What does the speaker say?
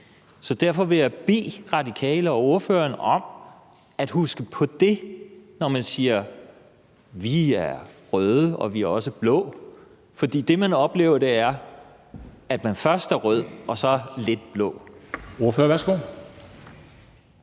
Derfor vil jeg bede De Radikale og ordføreren om at huske på det, når de siger, at de er røde, men de er også blå, for det, man oplever, er, at De Radikale først er røde og så lidt blå. Kl.